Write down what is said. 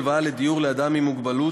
הלוואה לדיור לאדם עם מוגבלות),